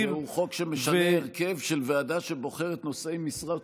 שהוא חוק שמשנה הרכב של ועדה שבוחרת נושאי משרה שיפוטית.